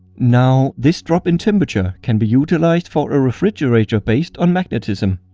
now, this drop in temperature can be utilized for a refrigerator based on magnetism.